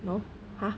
no !huh!